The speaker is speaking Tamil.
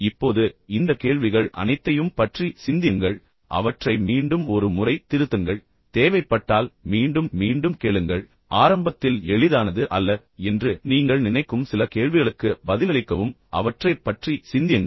இப்போது இந்த கேள்விகள் அனைத்தையும் பற்றி சிந்தியுங்கள் அவற்றை மீண்டும் ஒரு முறை திருத்துங்கள் தேவைப்பட்டால் மீண்டும் மீண்டும் கேளுங்கள் ஆரம்பத்தில் எளிதானது அல்ல என்று நீங்கள் நினைக்கும் சில கேள்விகளுக்கு பதிலளிக்கவும் அவற்றைப் பற்றி சிந்தியுங்கள்